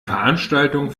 veranstaltung